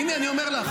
הינה, אני אומר לך.